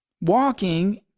walking